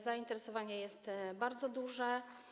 Zainteresowanie jest bardzo duże.